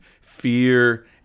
fear